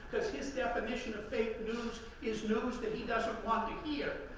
because his definition of fake news is news that he doesn't want to hear.